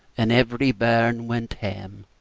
and every bairn went hame,